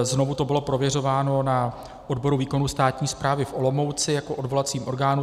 Znovu to bylo prověřováno na odboru výkonu státní správy v Olomouci jako v odvolacím orgánu.